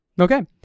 Okay